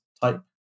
type